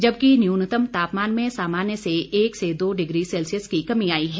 जबकि न्यूनतम तापमान में सामान्य से एक से दो डिग्री सेल्सियस की कमी आई है